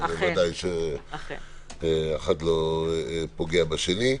ודאי שאחד לא פוגע בשני.